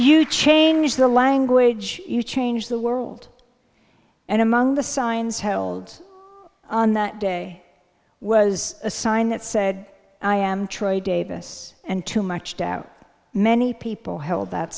you change the language you change the world and among the signs held on that day was a sign that said i am troy davis and too much doubt many people held